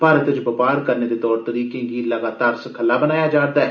भारत च बपार करने दे तौर तरीकें गी लगातार सखल्ला बनाया जा'रदा ऐ